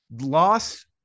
loss